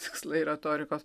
tikslai retorikos